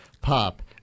pop